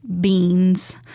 beans